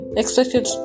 expected